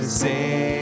say